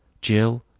Jill